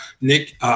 Nick